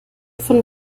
von